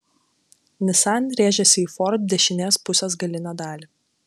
nissan rėžėsi į ford dešinės pusės galinę dalį